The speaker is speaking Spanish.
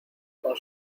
con